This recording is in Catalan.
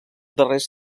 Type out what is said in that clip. darrers